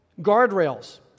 Guardrails